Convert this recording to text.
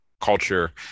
culture